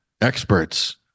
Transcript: experts